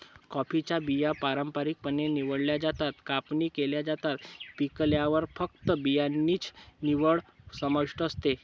कॉफीच्या बिया पारंपारिकपणे निवडल्या जातात, कापणी केल्या जातात, पिकल्यावर फक्त बियाणांची निवड समाविष्ट असते